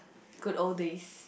good old days